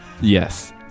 Yes